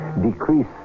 Decrease